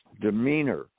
demeanor